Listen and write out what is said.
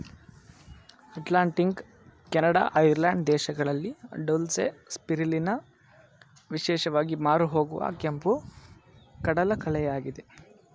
Atlantic, Canada, Ireland ದೇಶಗಳಲ್ಲಿ dulse, spirulina ವಿಶೇಷವಾಗಿ ಮಾರುಹೋಗುವ ಕೆಂಪು ಕಡಲಕಳೆಯಾಗಿದೆ